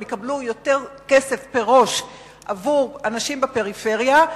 הם יקבלו יותר כסף פר-ראש עבור אנשים בפריפריה,